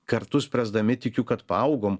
kartu spręsdami tikiu kad paaugom